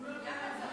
כבוד השר,